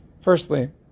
Firstly